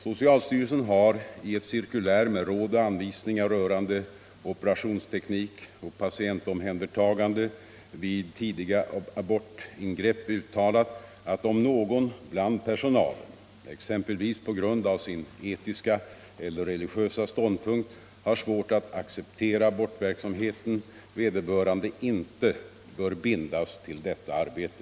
Socialstyrelsen har i ett cirkulär med råd och anvisningar rörande ope Nr 10 rationsteknik och patientomhändertagande vid tidiga abortingrepp uttalat Torsdagen den att om någon bland personalen, exempelvis på grund av sin etiska eller 23 januari 1975 religiösa ståndpunkt, har svårt att acceptera abortverksamheten veder börande inte bör bindas till detta arbete.